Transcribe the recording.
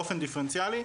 באופן דיפרנציאלי,